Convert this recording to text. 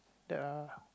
ya